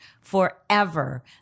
forever